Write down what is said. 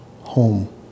home